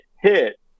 hit